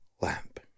lamp